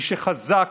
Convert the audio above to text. מי שחזק,